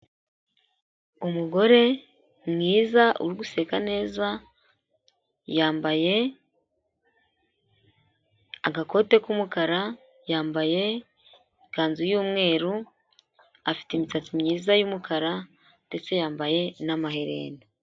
Umugore mwiza uri guseka neza yambaye agakote k'umukara, yambaye ikanzu y'umweru afite imisatsi myiza y'umukara ndetse yambaye n'amaherena.